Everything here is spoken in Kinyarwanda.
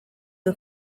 iyo